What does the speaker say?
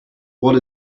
what